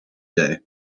day